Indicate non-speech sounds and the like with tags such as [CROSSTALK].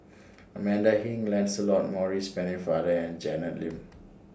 Amanda Heng Lancelot Maurice Pennefather and Janet Lim [NOISE]